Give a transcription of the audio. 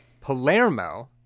Palermo